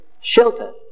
shelter